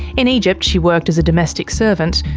in egypt, she worked as a domestic servant,